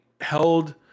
held